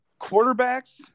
quarterbacks